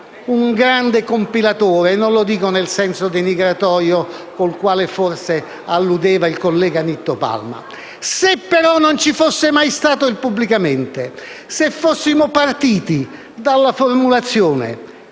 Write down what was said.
un grande compilatore e non lo dico nel senso denigratorio al quale forse alludeva il collega Palma; se, però, non ci fosse mai stato il «pubblicamente» e fossimo partiti dalla formulazione